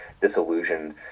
disillusioned